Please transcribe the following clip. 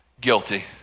guilty